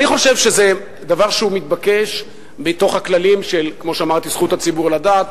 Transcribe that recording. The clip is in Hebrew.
אני חושב שזה דבר שהוא מתבקש מתוך הכללים של זכות הציבור לדעת,